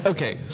Okay